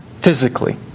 physically